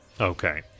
Okay